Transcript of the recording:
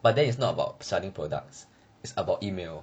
but then it's not about selling products it's about email